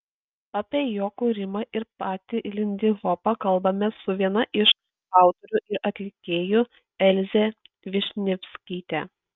apie jo kūrimą ir patį lindihopą kalbamės su viena iš autorių ir atlikėjų elze višnevskyte